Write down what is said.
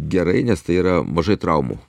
gerai nes tai yra mažai traumų